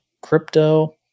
crypto